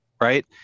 right